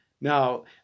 Now